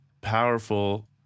powerful